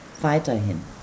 weiterhin